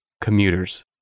commuters